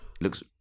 looks